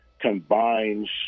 combines